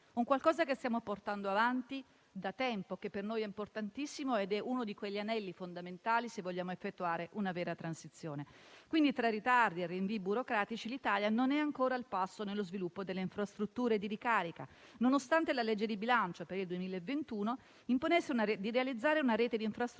È qualcosa che stiamo portando avanti da tempo, che per noi è importantissimo e rappresenta uno degli anelli fondamentali, se vogliamo effettuare una vera transizione. Tra ritardi e rinvii burocratici, l'Italia non è ancora al passo nello sviluppo delle infrastrutture di ricarica, nonostante la legge di bilancio per il 2021 imponesse di realizzare una rete di infrastrutture